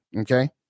okay